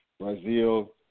Brazil